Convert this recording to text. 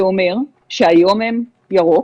זה אומר, שהיום הם ירוק,